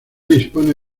dispone